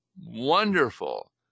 wonderful